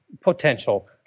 potential